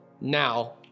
Now